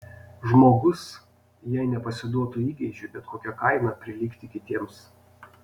žmogus jei nepasiduotų įgeidžiui bet kokia kaina prilygti kitiems